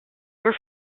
were